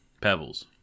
Pebbles